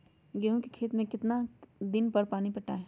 गेंहू के खेत मे कितना कितना दिन पर पानी पटाये?